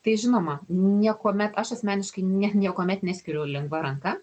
tai žinoma niekuomet aš asmeniškai ne niekuomet neskyriau lengva ranka